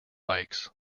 bikes